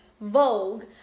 Vogue